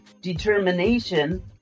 determination